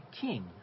king